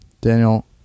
daniel